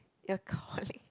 your colleague